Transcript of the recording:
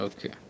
Okay